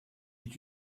est